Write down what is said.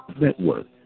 Network